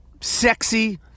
Sexy